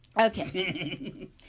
Okay